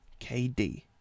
kd